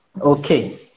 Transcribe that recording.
Okay